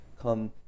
come